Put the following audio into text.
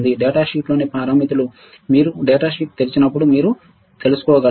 డేటాషీట్లోని పారామితులు మీరు డేటాషీట్ తెరిచినప్పుడు మీరు తెలుసుకోగలరు